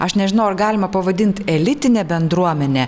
aš nežinau ar galima pavadint elitine bendruomene